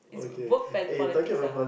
it a work work politics